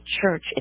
church